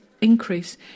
increase